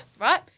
Right